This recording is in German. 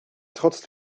trotz